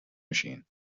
machine